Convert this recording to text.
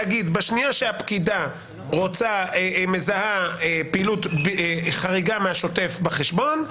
להגיד בשנייה שהפקידה מזהה פעילות חריגה מהשוטף בחשבון,